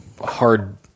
hard